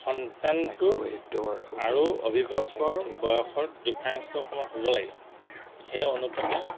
সন্তানটোৰ আৰু অভিভাৱকৰ বয়সৰ ডিফাৰেঞ্চটো অকণমান হ'ব লাগে সেই অনুপাতে